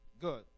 Good